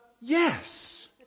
yes